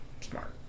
smart